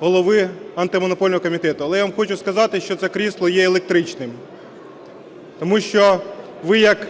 Голови Антимонопольного комітету, але я вам хочу сказати, що це крісло є електричним. Тому що ви, як